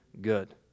good